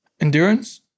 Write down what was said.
Endurance